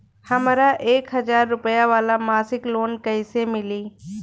हमरा एक हज़ार रुपया वाला मासिक लोन कईसे मिली?